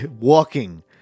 walking